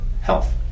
Health